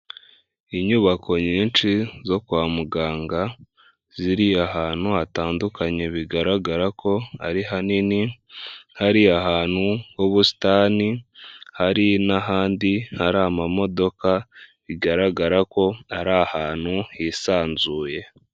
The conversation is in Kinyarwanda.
Inyubako nyinshi zo kwa muganga ziri ahantu hatandukanye bigaragara ko ari hanini, hariya hantu h'ubusitani hari n'ahandi hari amamodoka bigaragara ko ari ahantu hisanzuye.